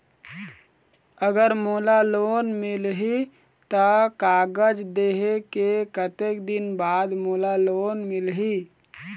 अगर मोला लोन मिलही त कागज देहे के कतेक दिन बाद मोला लोन मिलही?